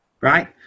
right